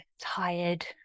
tired